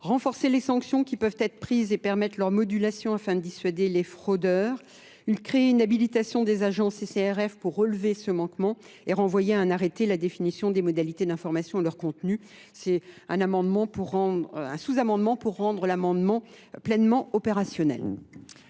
renforcer les sanctions qui peuvent être prises et permettre leur modulation afin de dissuader les fraudeurs, créer une habilitation des agences et CRF pour relever ce manquement et renvoyer à un arrêté la définition des modalités d'information et leur contenu. C'est un sous-amendement pour rendre l'amendement pleinement opérationnel.